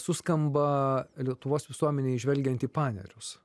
suskamba lietuvos visuomenėj žvelgiant į panerius